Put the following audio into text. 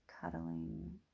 cuddling